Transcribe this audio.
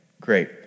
great